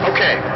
Okay